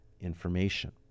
information